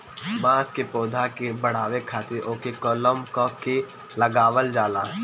बांस के पौधा के बढ़ावे खातिर ओके कलम क के लगावल जाला